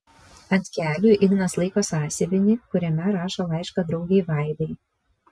ant kelių ignas laiko sąsiuvinį kuriame rašo laišką draugei vaidai